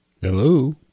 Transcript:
Hello